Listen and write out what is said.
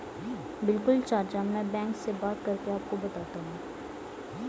बिल्कुल चाचा में बैंक से बात करके आपको बताता हूं